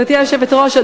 גברתי היושבת-ראש,